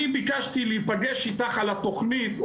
אני ביקשתי להיפגש איתך על התכנית,